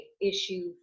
issue